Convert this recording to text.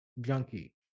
Junkie